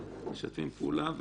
משתפים פעולה.